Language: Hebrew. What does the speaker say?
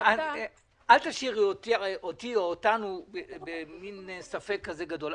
אל תשאירי אותנו בספק כזה גדול,